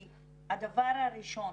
כי הדבר הראשון